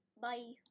bye